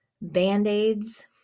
Band-Aids